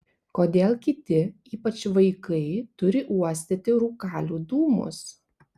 kodėl kiti ypač vaikai turi uostyti rūkalių dūmus